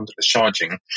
charging